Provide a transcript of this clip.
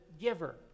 giver